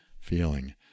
feeling